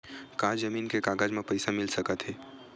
का जमीन के कागज म पईसा मिल सकत हे?